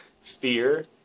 fear